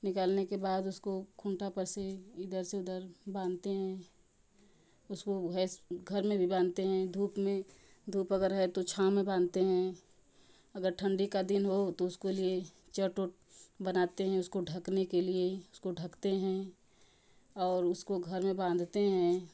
निकालने के बाद उसको खूँटा पर से इधर से उधर बांधते हैं उसको भैंस घर में भी बांधते हैं धूप में धूप अगर है तो छांव में बांधते हैं अगर ठंडी का दिन हो तो उसके चट वट बनाते हैं उसको ढकने के लिए उसको ढकते हैं और उसको घर में बांधते हैं